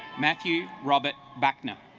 matthieu robert buckner